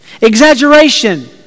Exaggeration